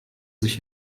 sich